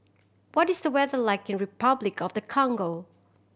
what is the weather like in Repuclic of the Congo